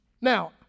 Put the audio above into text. Now